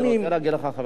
חבר הכנסת בן-ארי,